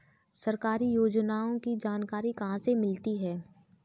सरकारी योजनाओं की जानकारी कहाँ से मिलती है?